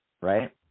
right